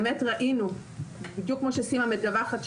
בדיוק כמו שסימה מדווחת,